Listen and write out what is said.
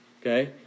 Okay